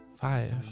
Five